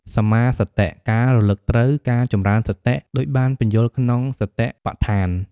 សម្មាសតិ ការរលឹកត្រូវ ការចម្រើនសតិ ដូចបានពន្យល់ក្នុងសតិប្បដ្ឋាន។